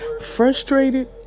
Frustrated